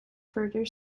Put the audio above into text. further